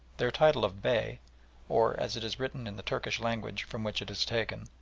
their title of bey or, as it is written in the turkish language from which it is taken,